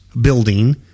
building